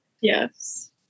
Yes